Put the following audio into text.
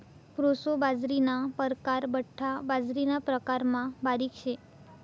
proso बाजरीना परकार बठ्ठा बाजरीना प्रकारमा बारीक शे